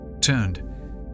turned